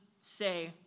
say